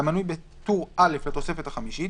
והמנוי בטור א' לתוספת החמישית,